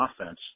offense